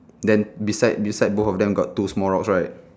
then beside beside both of them got two small rocks right